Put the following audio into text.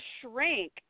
shrink